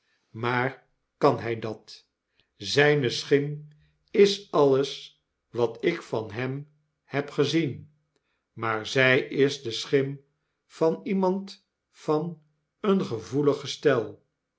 maar kan hy dat zyne schim is alles wat ik van hem heb gezien maar zy is de schim van iemand van een gevoelig gestel